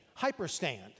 hyperstand